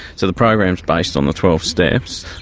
so the program is based on the twelve steps.